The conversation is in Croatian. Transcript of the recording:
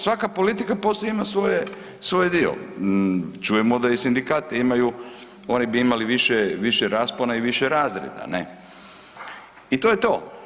Svaka politika poslije ima svoj dio, čujemo da i sindikati imaju oni bi imali više raspona i više razred i to je to.